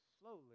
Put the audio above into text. slowly